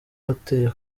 wateye